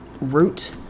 root